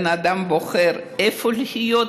האדם בוחר איפה לחיות,